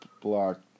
block